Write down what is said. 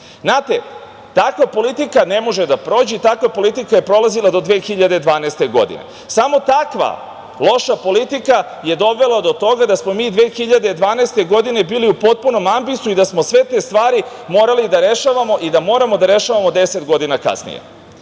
šta. Znate, takva politika ne može da prođe i takva politika je prolazila do 2012. godine. Samo takva loša politika, je dovela dao toga da smo mi 2012. godine bili u potpunom ambisu i da smo sve te stvari morali da rešavamo i da moramo da rešavamo 10 godina kasnije. Kako